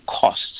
costs